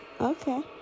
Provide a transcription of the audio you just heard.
okay